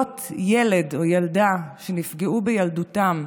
להיות ילד או ילדה שנפגעו בילדותם,